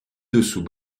dessous